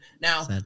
Now